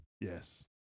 Yes